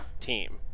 team